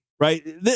right